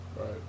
right